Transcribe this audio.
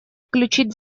включить